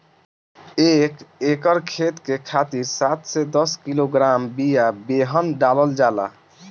एक एकर खेत के खातिर सात से दस किलोग्राम बिया बेहन डालल जाला?